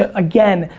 ah again,